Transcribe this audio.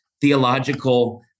theological